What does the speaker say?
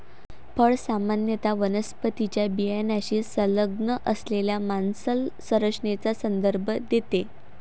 फळ सामान्यत वनस्पतीच्या बियाण्याशी संलग्न असलेल्या मांसल संरचनेचा संदर्भ देते